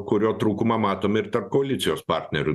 kurio trūkumą matom ir tarp koalicijos partnerių